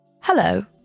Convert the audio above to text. Hello